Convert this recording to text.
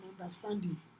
understanding